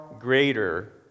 greater